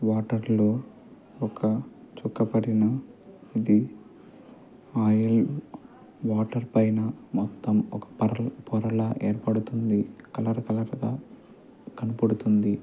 వాటర్లో ఒక చుక్క పడినా ఇది ఆయిల్ వాటర్ పైన మొత్తం ఒక పర్ పొరలా ఏర్పడుతుంది కలర్ కలర్గా కనబడుతుంది